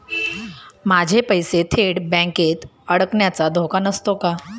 माझे पैसे थेट बँकेत अडकण्याचा धोका नसतो का?